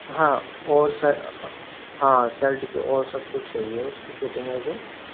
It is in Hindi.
हाँ और सर हाँ शर्ट के और सब कुछ सही है उसकी फिटिंग है जो